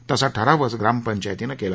तसा ठरावच ग्रामपंचायतीनं केला